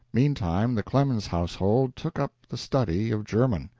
meantime the clemens household took up the study of german.